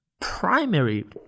primary